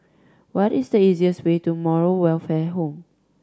what is the easiest way to Moral Welfare Home